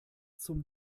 zum